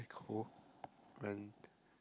cold